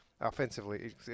offensively